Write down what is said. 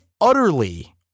utterly